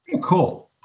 Cool